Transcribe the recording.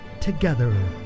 together